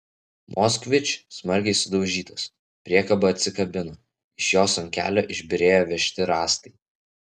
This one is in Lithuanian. moskvič smarkiai sudaužytas priekaba atsikabino iš jos ant kelio išbyrėjo vežti rąstai